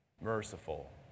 merciful